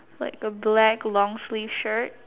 like a black long sleeve shirt